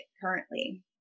currently